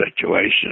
situation